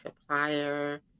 supplier